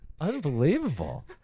Unbelievable